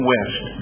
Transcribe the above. West